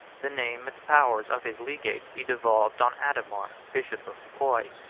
the name and powers of his legate he devolved on adhemar bishop of puy,